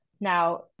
Now